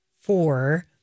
four